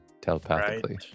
telepathically